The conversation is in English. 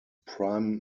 prime